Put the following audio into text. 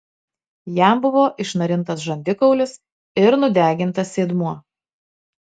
jam buvo išnarintas žandikaulis ir nudegintas sėdmuo